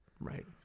Right